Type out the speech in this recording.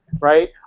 right